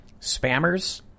spammers